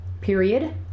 period